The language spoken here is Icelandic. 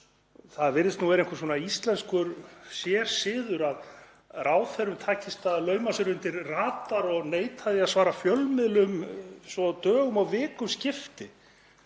Það virðist nú vera einhver íslenskur sérsiður að ráðherrum takist að lauma sér undir radar og neita því að svara fjölmiðlum svo dögum og vikum skipti.